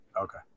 Okay